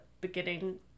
beginning